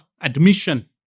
admission